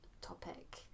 topic